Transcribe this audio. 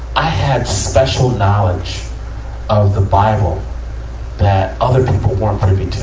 i had special knowledge of the bible that other people weren't privy to.